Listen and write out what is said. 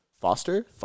Foster